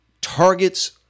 targets